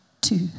two